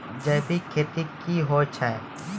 जैविक खेती की होय छै?